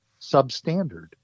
substandard